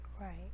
right